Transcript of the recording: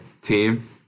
team